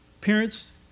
Parents